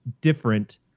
different